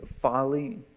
folly